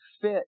fit